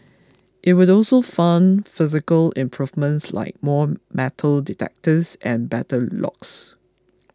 it would also fund physical improvements like more metal detectors and better locks